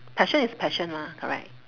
passion is passion ah correct